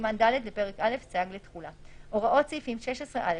סימן ד' לפרק א' סייג לתחולה 19.הוראות סעיפים 16א,